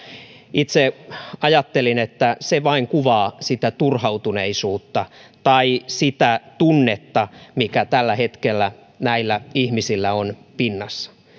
itse ajattelin että se vain kuvaa sitä turhautuneisuutta tai sitä tunnetta mikä tällä hetkellä näillä ihmisillä on pinnassa